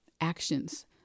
actions